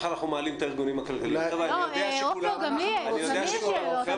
גם לי יש שאלות.